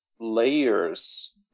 layers